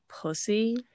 pussy